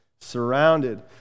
Surrounded